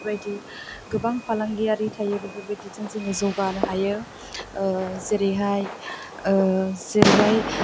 बेफोरबायदि गोबां फालांगियारि थायो बेफोरबायदिजों जोङो जौगानो हायो जेरैहाय जेरैहाय